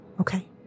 Okay